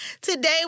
Today